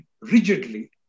rigidly